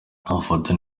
amafoto